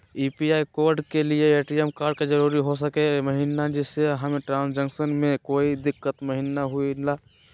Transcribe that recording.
UPI code के लिए ATM का जरूरी हो सके महिना जिससे हमें ट्रांजैक्शन में कोई दिक्कत महिना हुई ला?